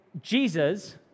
Jesus